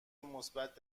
مثبت